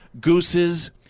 Goose's